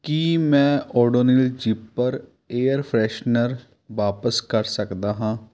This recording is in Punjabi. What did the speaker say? ਕੀ ਮੈਂ ਓਡੋਨਿਲ ਜਿੱਪਰ ਏਅਰ ਫਰੈਸ਼ਨਰ ਵਾਪਸ ਕਰ ਸਕਦਾ ਹਾਂ